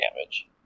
damage